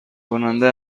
کننده